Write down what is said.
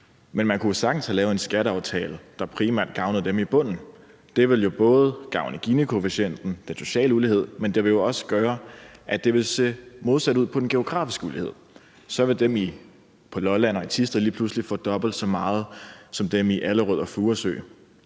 Men man kunne jo sagtens have lavet en skatteaftale, der primært gavnede dem i bunden. Det ville jo både gavne Ginikoefficienten og den sociale ulighed, men det ville jo også gøre, at det ville se modsat ud på den geografiske ulighed. Så ville dem på Lolland og i Thisted lige pludselig få dobbelt så meget som dem i Allerød og Furesø.